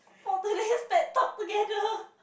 for today's ted talk together